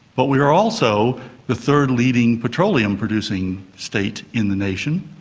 but we are also the third leading petroleum producing state in the nation,